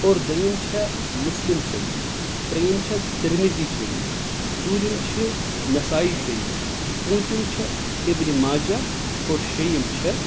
اور دوٚیِم چھِ مسلم شریٖف ترٛیٚیِم چھِ ترمذی شریٖف ژوٗرِم چھِ نَسایی شریٖف پٲنٛژِم چھِ ابنِ ماجہ اور شیٚیِم چھِ